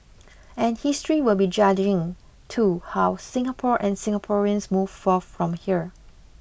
and history will be judging too how Singapore and Singaporeans move forth from here